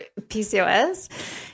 PCOS